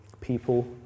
people